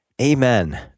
Amen